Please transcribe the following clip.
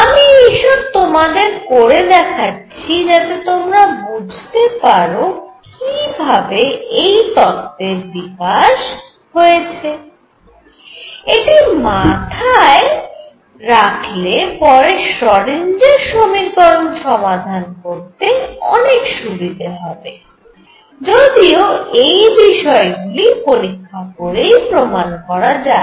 আমি এইসব তোমাদের করে দেখাচ্ছি যাতে তোমরা বুঝতে পারো কি ভাবে এই তত্ত্বের বিকাশ কি ভাবে হয়েছে এটি মাথায় থাকলে পরে শ্রডিঞ্জার সমীকরণ Schrodinger's equation সমাধান করতে অনেক সুবিধে হবে যদিও এই বিষয়গুলি পরীক্ষা করেই প্রমাণ করা যায়